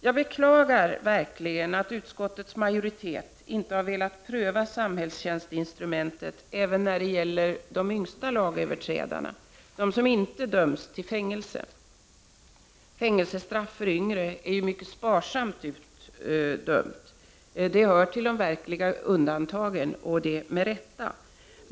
Jag beklagar verkligen att utskottets majoritet inte velat pröva samhällstjänstinstrumentet även när det gäller de yngsta lagöverträdarna, som inte döms till fängelse. Fängelsestraff för yngre är ju sparsamt utdömt, det hör till de verkliga undantagen och det med rätta.